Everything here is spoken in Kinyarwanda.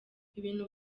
ibintu